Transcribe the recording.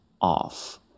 off